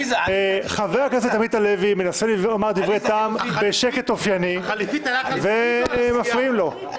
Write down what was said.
חבר הכנסת עמית הלוי מנסה לומר דברי טעם בשקט אופייני ומפריעים לו.